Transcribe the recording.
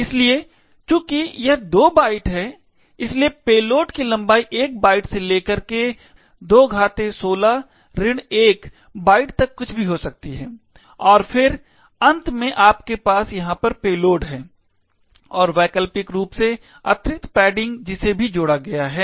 तो चूंकि यह 2 बाइट है इसलिए पेलोड की लंबाई 1 बाइट से लेकर 2 16 1 बाइट तक कुछ भी हो सकती है और फिर अंत में आपके पास यहां पर पेलोड है और वैकल्पिक रूप से अतिरिक्त पैडिंग है जिसे भी जोड़ा गया है